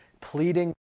pleading